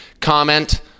Comment